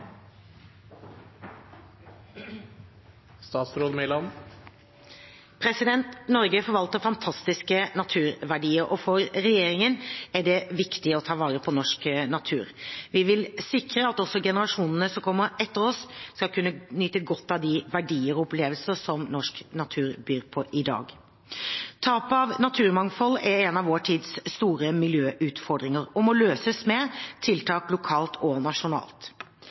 Norge forvalter fantastiske naturverdier. For regjeringen er det viktig å ta vare på norsk natur. Vi vil sikre at også generasjonene som kommer etter oss, skal kunne nyte godt av de verdier og opplevelser som norsk natur byr på i dag. Tap av naturmangfold er en av vår tids store miljøutfordringer og må løses med tiltak lokalt og nasjonalt.